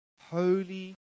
holy